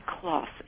cloth